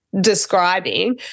describing